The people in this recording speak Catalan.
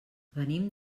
venim